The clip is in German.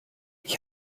ich